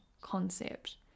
concept